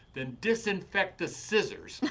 then disinfect the scissors.